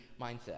mindset